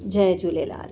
Jay Jhulelal